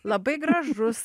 labai gražus